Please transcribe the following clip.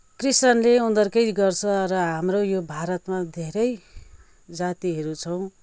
क्रिस्चियनले उनिहरूकै गर्छ र हाम्रो यो भारतमा धेरै जातिहरू छौँ